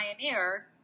pioneer